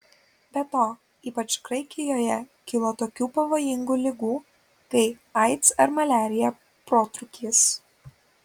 be to ypač graikijoje kilo tokių pavojingų ligų kai aids ar maliarija protrūkis